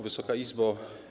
Wysoka Izbo!